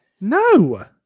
no